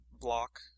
block